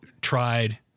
tried